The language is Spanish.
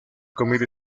comida